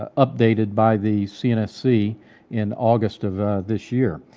ah updated by the cnsc in august of this year.